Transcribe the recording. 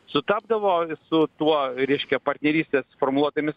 sutapdavo su tuo reiškia partnerystės formuluotėmis